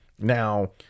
Now